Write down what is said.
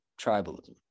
tribalism